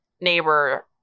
neighbor